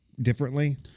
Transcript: differently